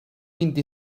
vint